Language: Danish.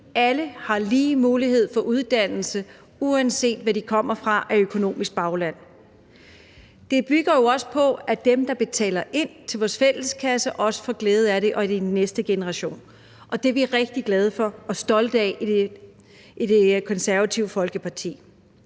alle har lige mulighed for uddannelse, uanset hvad de kommer fra af økonomisk bagland. Det bygger jo også på, at dem, der betaler ind til vores fælleskasse, får glæde af det, også i den næste generation, og det er vi rigtig glade for og stolte af i Det Konservative Folkeparti.